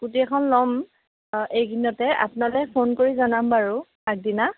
scooty এখন ল'ম এইকেইদিনতে আপোনালে ফোন কৰি জনাম বাৰু আগদিনা